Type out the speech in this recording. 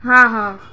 ہاں ہاں